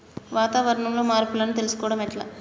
వాతావరణంలో మార్పులను తెలుసుకోవడం ఎట్ల?